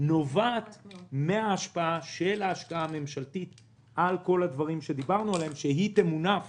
נובעת מההשפעה של ההשקעה הממשלתית על כל הדברים שדיברנו עליהם שתמונף